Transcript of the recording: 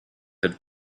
had